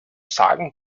sagen